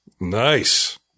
Nice